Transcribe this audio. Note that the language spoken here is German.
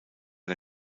der